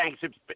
Thanks